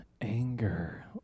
anger